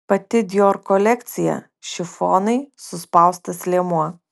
pati dior kolekcija šifonai suspaustas liemuo